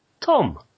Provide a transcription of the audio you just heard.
Tom